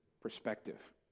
perspective